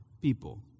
people